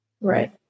Right